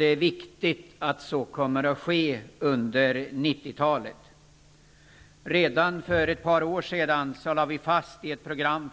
Det är viktigt att så sker under 90-talet. Redan för ett par år sedan lade vi i Centern fast ett program